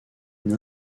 une